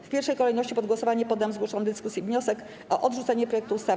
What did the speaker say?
W pierwszej kolejności pod głosowanie poddam zgłoszony w dyskusji wniosek o odrzucenie projektu ustawy.